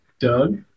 Doug